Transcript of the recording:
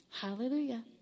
Hallelujah